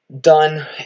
done